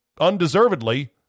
undeservedly